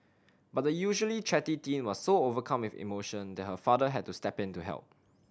but the usually chatty teen was so overcome with emotion that her father had to step in to help